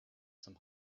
some